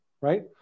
right